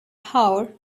hour